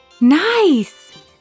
Nice